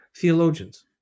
theologians